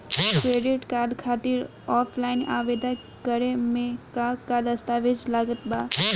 Credit card खातिर offline आवेदन करे म का का दस्तवेज लागत बा?